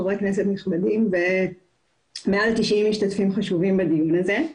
חברי כנסת נכבדים ומעל 90 משתתפים חשובים בדיון הזה.